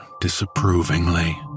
disapprovingly